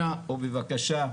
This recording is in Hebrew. אנא, ובבקשה,